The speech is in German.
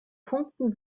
punkten